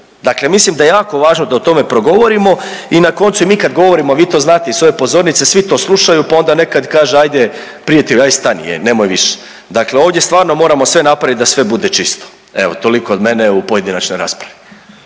dakle mislim da je jako važno da o tome progovorimo i na koncu i mi kad govorimo, a vi to znate i s ove pozornice, svi to slušaju, pa onda nekad kaže ajde prijatelju ajde stani, ej nemoj više, dakle ovdje stvarno moramo sve napravit da sve bude čisto, evo toliko od mene u pojedinačnoj raspravi,